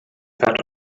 fed